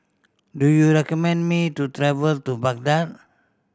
do you recommend me to travel to Baghdad